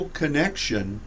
connection